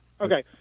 Okay